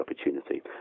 opportunity